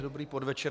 Dobrý podvečer.